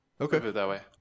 Okay